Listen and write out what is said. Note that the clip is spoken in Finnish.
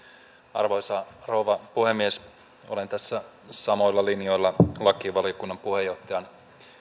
arvoisa rouva puhemies olen tässä samoilla linjoilla lakivaliokunnan puheenjohtajan